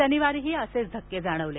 शनिवारी असेच धक्के जाणवले